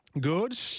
Good